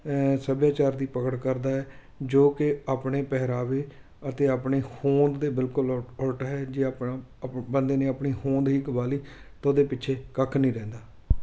ਸੱਭਿਆਚਾਰ ਦੀ ਪਕੜ ਕਰਦਾ ਹੈ ਜੋ ਕਿ ਆਪਣੇ ਪਹਿਰਾਵੇ ਅਤੇ ਆਪਣੀ ਹੋਂਦ ਦੇ ਬਿਲਕੁਲ ਉ ਉਲਟ ਹੈ ਜੇ ਆਪਣਾ ਬੰਦੇ ਨੇ ਆਪਣੀ ਹੋਂਦ ਹੀ ਗਵਾ ਲਈ ਅਤੇ ਉਹਦੇ ਪਿੱਛੇ ਕੱਖ ਨਹੀਂ ਰਹਿੰਦਾ